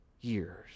years